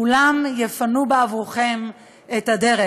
כולם יפנו בעבורכם את הדרך.